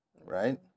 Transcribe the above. Right